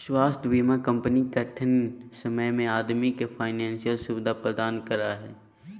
स्वास्थ्य बीमा कंपनी कठिन समय में आदमी के फाइनेंशियल सुविधा प्रदान करा हइ